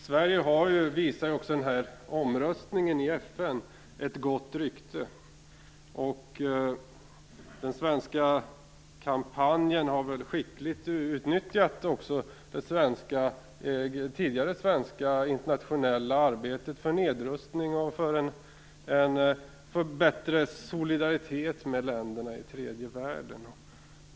Sverige har ju, visar omröstningen i FN, ett gott rykte. Den svenska kampanjen har skickligt utnyttjat det tidigare svenska internationella arbetet för nedrustning och för bättre solidaritet med länderna i tredje världen.